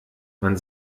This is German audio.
man